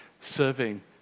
serving